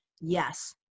yes